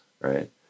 right